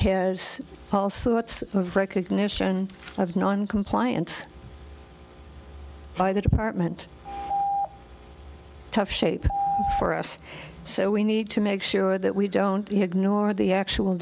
has all sorts of recognition of noncompliance by the department tough shape for us so we need to make sure that we don't ignore the actual